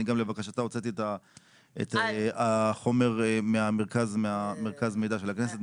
אני גם לבקשתה הוצאתי את החומר ממרכז המידע של הכנסת,